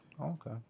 Okay